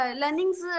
learnings